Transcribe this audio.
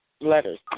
letters